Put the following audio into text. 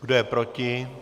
Kdo je proti?